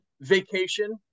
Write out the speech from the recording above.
Vacation